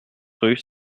rue